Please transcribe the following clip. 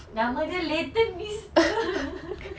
nama dia leighton meester